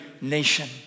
nation